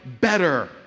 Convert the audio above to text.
better